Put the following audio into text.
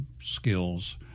skills